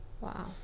wow